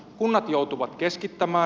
kunnat joutuvat keskittämää